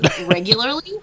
regularly